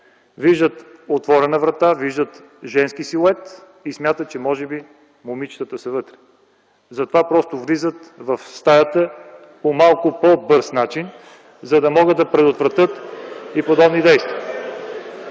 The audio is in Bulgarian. виждат отворена врата, виждат женски силует и смятат, че може би момичетата са вътре. Затова просто влизат в стаята по малко по-бърз начин, за да могат да предотвратят и подобни действия.